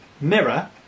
mirror